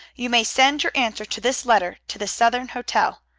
you may send your answer to this letter to the southern hotel.